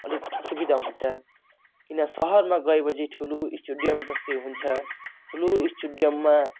अलिक असुविधा हुन्छ किन सहरमा गएपछि ठुलो स्टेडियम जस्तै हुन्छ ठुलो स्टेडियममा